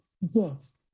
Yes